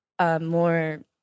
More